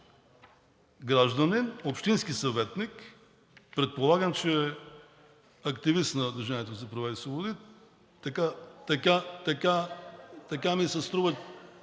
гражданин, общински съветник, предполагам, че е активист на „Движение за права и свободи“, така ми се струва